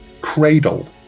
cradle